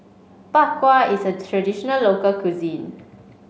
Bak Kwa is a traditional local cuisine